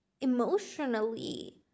emotionally